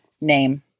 name